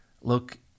Look